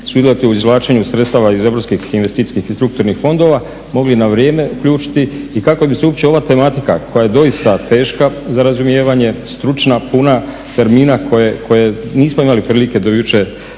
sudjelovati u izvlačenju sredstava iz Europskih i investicijski i strukturnih fondova mogli na vrijeme uključiti i kako bi se uopće ova tematika koja je doista teška za razumijevanje, stručna, puna termina koje nismo imali prilike do jučer